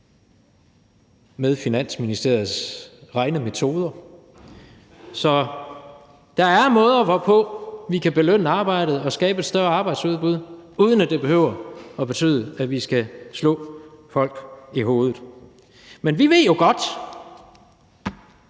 med Finansministeriets regnemetoder. Så der er måder, hvorpå vi kan belønne det at arbejde og skabe et større arbejdsudbud, uden at det behøver at betyde, at vi skal slå folk oven i hovedet. Men vi ved jo godt,